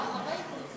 לא לא.